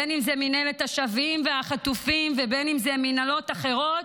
בין שזה מינהלת השבים והחטופים ובין שזה מינהלות אחרות,